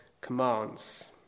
commands